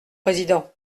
président